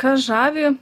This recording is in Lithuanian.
kas žavi